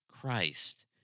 Christ